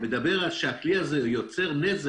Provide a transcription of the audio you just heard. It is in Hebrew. אבל כשהוא אומר שהכלי הזה יוצר נזק,